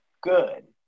good